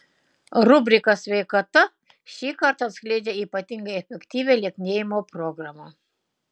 rubrika sveikata šį kartą atskleidžia ypatingai efektyvią lieknėjimo programą